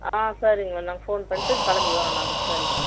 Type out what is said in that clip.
ஆ சரிங்க நாங்கள் ஃபோன் பண்ணிட்டு கிளம்பி வாரோம் நாங்கள் சரிங்க